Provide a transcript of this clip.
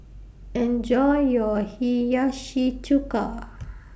Enjoy your Hiyashi Chuka